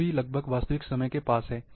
यह भी लगभग वास्तविक समय के पास है